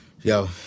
Yo